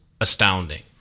astounding